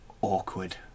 Awkward